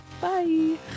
bye